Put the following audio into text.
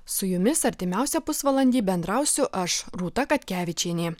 su jumis artimiausią pusvalandį bendrausiu aš rūta katkevičienė